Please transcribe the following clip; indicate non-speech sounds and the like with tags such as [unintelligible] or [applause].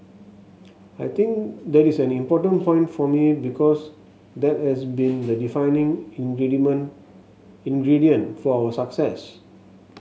I think that is an important point for me because that has been the defining [unintelligible] ingredient for our success